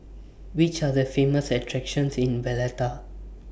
Which Are The Famous attractions in Valletta